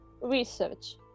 Research